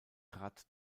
trat